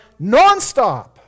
nonstop